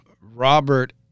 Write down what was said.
Robert